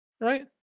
right